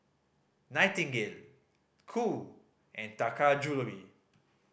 Nightingale Qoo and Taka Jewelry